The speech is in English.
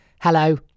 Hello